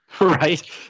right